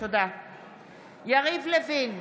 יריב לוין,